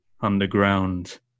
underground